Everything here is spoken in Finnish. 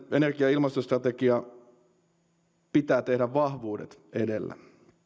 energia ja ilmastostrategiaa pitää tehdä vahvuudet edellä